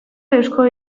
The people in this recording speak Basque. eusko